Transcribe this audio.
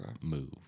move